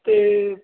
ਅਤੇ